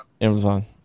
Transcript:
Amazon